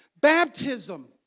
Baptism